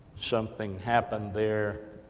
something happened there,